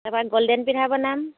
তাৰপৰা গ'ল্ডেন পিঠা বনাম